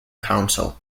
council